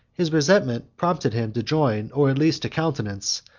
his resentment prompted him to join, or at least to countenance,